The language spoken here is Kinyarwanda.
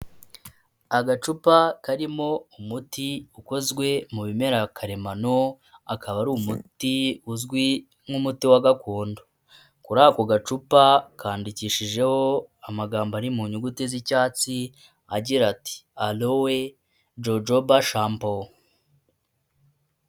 Agacupa karimo umuti ukozwe mu bimera karemano, akaba ari umuti uzwi nk'umuti wa gakondo. Kuri ako gacupa kandikishijeho amagambo ari mu nyuguti z'icyatsi, agira ati; "Alowe, jojoba, shampo".